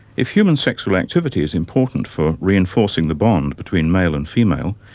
if human sexual activity is important for reinforcing the bond between male and female,